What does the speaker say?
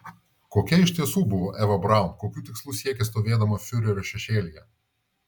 kokia iš tiesų buvo eva braun kokių tikslų siekė stovėdama fiurerio šešėlyje